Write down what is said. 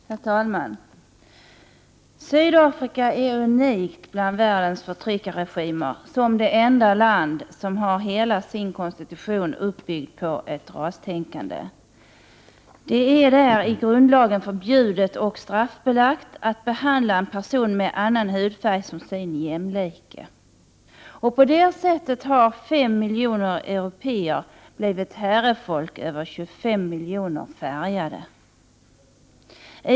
Herr talman! Sydafrika är unikt bland världens förtryckarregimer. Det är det enda land som har hela sin konstitution uppbyggd på ett rastänkande. Det är enligt deras grundlag förbjudet och straffbelagt att behandla en person med annan hudfärg som sin jämlike. På det sättet har fem miljoner européer blivit herrefolk över 25 miljoner färgade.